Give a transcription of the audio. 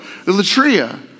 Latria